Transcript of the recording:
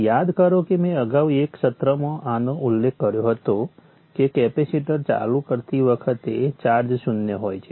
યાદ કરો કે મેં અગાઉ એક સત્રમાં આનો ઉલ્લેખ કર્યો હતો કે કેપેસિટર ચાલુ કરતી વખતે ચાર્જ શૂન્ય હોય છે